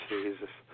Jesus